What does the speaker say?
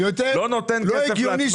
לא נותן כסף לעצמאים,